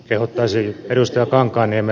kehottaisin ed